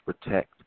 protect